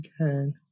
again